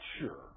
sure